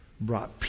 brought